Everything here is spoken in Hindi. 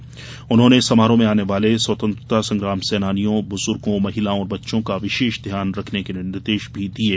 संभागायुक्त ने समारोह में आने वाले स्वतंत्रता संग्राम सेनानियों ब्रज्गो महिलाओं और बच्चों का विशेष ध्यान रखने के भी निर्देश दिये